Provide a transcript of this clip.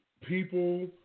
People